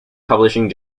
publishing